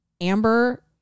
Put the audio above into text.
Amber